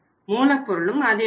மூலப்பொருளும் அதே அளவு